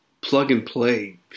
plug-and-play